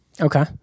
Okay